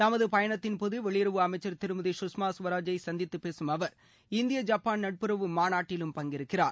தமது பயணத்தின்போது வெளியுறவு அமைச்சர் திருமதி கஷ்மா சுவராஜை சந்தித்து பேசும் அவர் இந்திய ஜப்பான் நட்புறவு மாநாட்டிலும் பங்கேற்கிறார்